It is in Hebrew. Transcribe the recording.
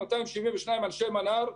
278 אנשי מנה"ר,